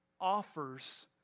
offers